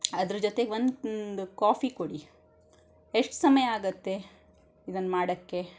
ಅದರ ಜೊತೆಗೆ ಒಂದು ಕಾಫಿ ಕೊಡಿ ಎಷ್ಟು ಸಮಯ ಆಗತ್ತೆ ಇದನ್ನು ಮಾಡೋಕ್ಕೆ